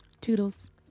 Toodles